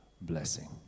blessing